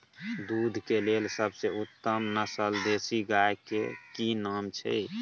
दूध के लेल सबसे उत्तम नस्ल देसी गाय के की नाम छै?